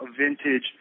vintage